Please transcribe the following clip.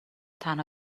تنها